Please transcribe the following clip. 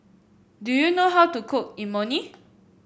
do you know how to cook Imoni